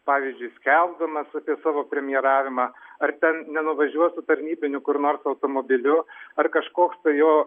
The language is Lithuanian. pavyzdžiui skelbdamas apie savo premjeravimą ar ten nenuvažiuos su tarnybiniu kur nors automobiliu ar kažkoks jo